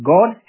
God